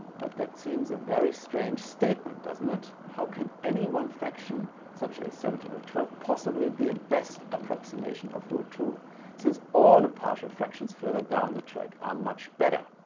but that seems a very strange statement doesn't it? how can any one fraction such as seventeen twelve possibly be a best approximation of root two since all the partial fractions further down the track are much better?